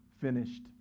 finished